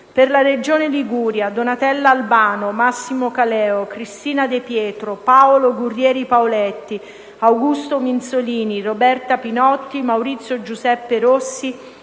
per la Regione Liguria: Donatella Albano, Massimo Caleo, Cristina De Pietro, Paolo Guerrieri Paleotti, Augusto Minzolini, Roberta Pinotti, Maurizio Giuseppe Rossi